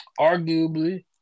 arguably